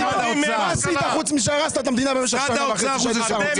חוץ מלהרוס את המדינה במשך שנה וחצי שהיית